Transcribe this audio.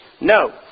no